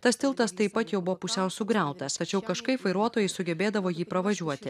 tas tiltas taip pat jau buvo pusiau sugriautas tačiau kažkaip vairuotojai sugebėdavo jį pravažiuoti